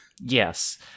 Yes